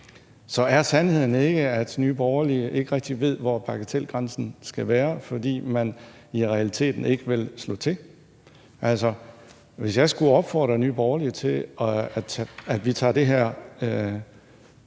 Så er sandheden ikke, at Nye Borgerlige ikke rigtig ved, hvor bagatelgrænsen skal være, fordi man i realiteten ikke vil slå til? Hvis jeg skulle opfordre Nye Borgerlige til, at vi tager det her